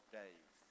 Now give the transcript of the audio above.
days